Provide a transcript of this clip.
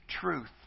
truth